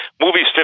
Movie's